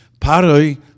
Paroi